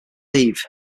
eve